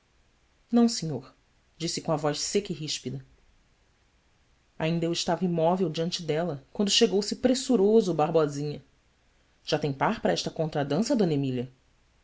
não senhor disse com a voz seca e ríspida ainda eu estava imóvel diante dela quando chegou-se pressuroso arbosinha á tem par para esta contradança d emília